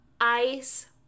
ice